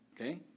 okay